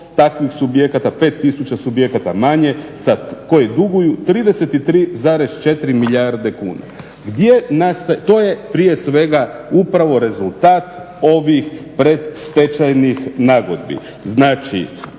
takvih subjekata, 5 tisuća subjekata manje koji duguju 33,4 milijarde kuna. Gdje nastaje, to je prije svega upravo rezultat ovih predstečajnih nagodbi.